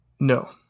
No